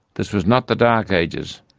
this was not the dark ages,